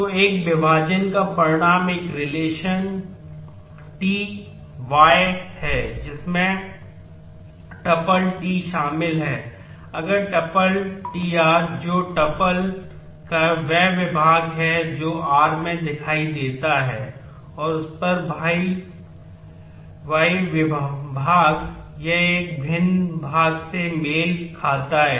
तो एक विभाजन का परिणाम एक रिलेशन का वह भाग है जो r में दिखाई देता है और उस पर y भाग पर यह भिन्न भाग से मेल खाता है